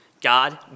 God